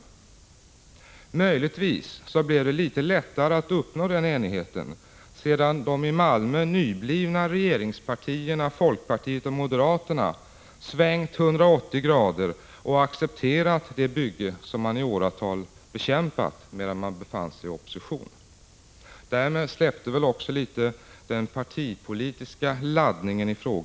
Granskningsarbetets Möjligtvis blev det litet lättare att uppnå den enigheten sedan de i Malmö = inriktning, m.m. nyblivna ”regeringspartierna” folkpartiet och moderaterna svängt 180 grader och accepterat det bygge som man i åratal bekämpat, medan man befann sig i opposition. Därmed blev väl frågan också litet mindre partipolitiskt laddad.